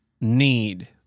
need